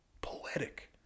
poetic